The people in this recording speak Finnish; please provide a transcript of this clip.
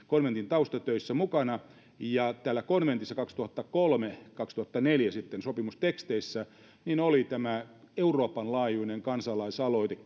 konventin taustatöissä mukana konventissa kaksituhattakolme viiva kaksituhattaneljä sitten sopimusteksteissä oli kehitetty tämä euroopan laajuinen kansalaisaloite